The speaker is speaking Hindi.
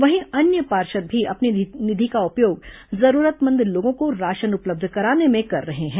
वहीं अन्य पार्षद भी अपनी निधि का उपयोग जरूरतमंद लोगों को राशन उपलब्ध कराने में कर रहे हैं